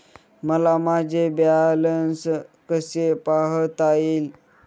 मला माझे बॅलन्स कसे पाहता येईल?